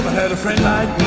had a friend like